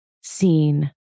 seen